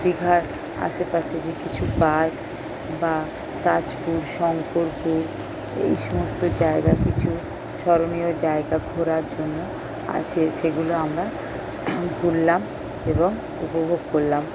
দীঘার আশেপাশে যে কিছু পার্ক বা তাজপুর শংকরপুর এই সমস্ত জায়গা কিছু স্মরণীয় জায়গা ঘোরার জন্য আছে সেগুলো আমরা ঘুরলাম এবং উপভোগ করলাম